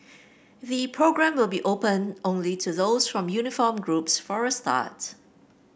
the programme will be open only to those from uniformed groups for a start